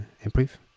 improve